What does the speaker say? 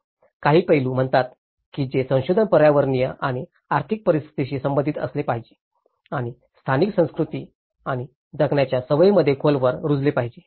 काही पैलू म्हणतात की हे संशोधन पर्यावरणीय आणि आर्थिक परिस्थितीशी संबंधित असले पाहिजे आणि स्थानिक संस्कृती आणि जगण्याच्या सवयींमध्ये खोलवर रुजले पाहिजे